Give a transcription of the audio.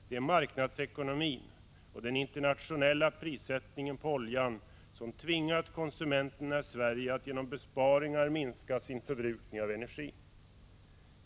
Det är marknadsekonomin och den 23 april 1986 internationella prissättningen på oljan som tvingat konsumenterna i Sverige att genom besparingar minska sin förbrukning av energi.